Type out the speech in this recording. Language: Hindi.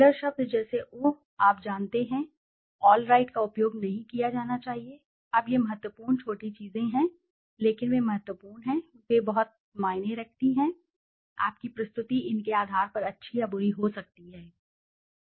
फिलर शब्द जैसे उह आप जानते हैं ऑल राइट का उपयोग नहीं किया जाना चाहिए अब ये महत्वपूर्ण छोटी चीजें हैं लेकिन वे महत्वपूर्ण हैं वे बहुत मायने रखते हैं आपकी प्रस्तुति इन के आधार पर अच्छी या बुरी हो सकती है बातें